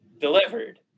delivered